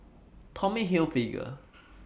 Tommy Hilfiger